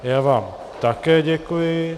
Já vám také děkuji.